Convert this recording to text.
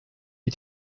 wie